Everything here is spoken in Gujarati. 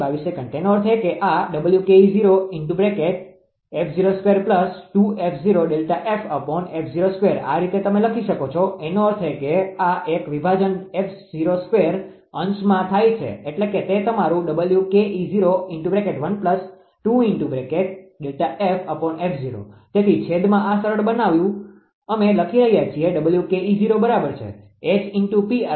તેનો અર્થ એ કે આ આ રીતે તમે લખી શકો છો એનો અર્થ એ કે આ એક વિભાજન અંશમાં થાય છે એટલે કે તે તમારું તેથીછેદ માં આ સરળ બનાવવું અમે લખી રહ્યાં છીએ બરાબરછે 𝐻 × 𝑃𝑟 આપણે જોયું